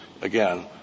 again